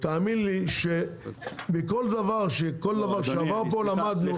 תאמין לי שמכל דבר שכל דבר שעבר פה למדנו,